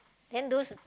then those